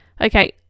okay